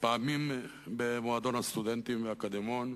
פעמים במועדון הסטודנטים, ב"אקדמון".